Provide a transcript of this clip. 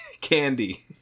candy